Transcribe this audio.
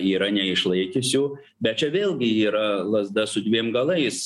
yra neišlaikiusių bet čia vėlgi yra lazda su dviem galais